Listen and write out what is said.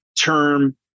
term